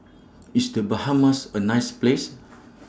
IS The Bahamas A nice Place